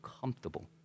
comfortable